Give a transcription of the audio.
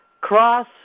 cross